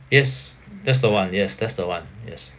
yes that's the one yes that's the one yes